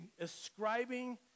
ascribing